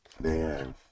Man